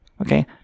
Okay